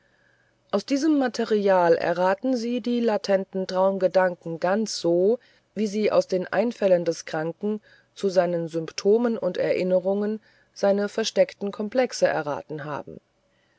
aus diesem material erraten sie die latenten traumgedanken ganz so wie sie aus den einfällen des kranken zu seinen symptomen und erinnerungen seine versteckten komplexe erraten haben